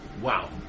Wow